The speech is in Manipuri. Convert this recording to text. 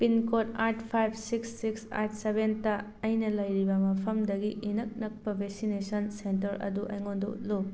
pin code eight five six six eight seven ꯑꯩꯅ ꯂꯩꯔꯤꯕ ꯃꯐꯝꯗꯒꯤ ꯏꯅꯛ ꯅꯛꯄ ꯚꯦꯛꯁꯤꯅꯦꯁꯟ ꯁꯦꯟꯇꯔ ꯑꯗꯨ ꯑꯩꯉꯣꯟꯗ ꯎꯠꯂꯨ